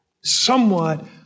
somewhat